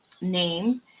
name